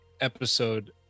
episode